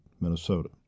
Minnesota